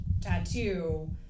tattoo